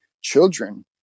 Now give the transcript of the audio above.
children